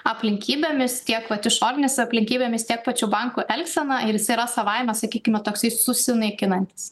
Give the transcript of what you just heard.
aplinkybėmis tiek vat išorinėmis aplinkybėmis tiek pačių bankų elgsena ir jis yra savaime sakykime toks susinaikinantis